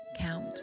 count